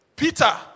Peter